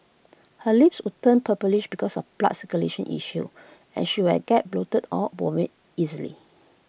her lips would turn purplish because of blood circulation issues and she would get bloated or vomit easily